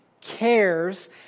cares